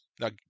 Now